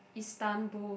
Istanbul